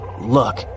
Look